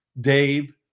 Dave